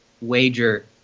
wager